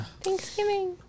Thanksgiving